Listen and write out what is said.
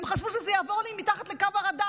הם חשבו שזה יעבור לי מתחת לקו הרדאר,